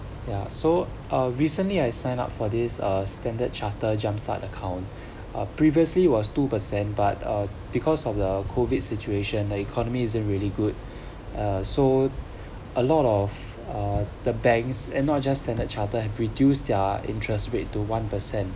yeah so uh recently I sign up for this uh standard chartered jumpstart account uh previously was two per cent but uh because of the COVID situation the economy isn't really good uh so a lot of uh the banks and not just standard chartered have reduced their interest rate to one per cent